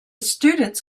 students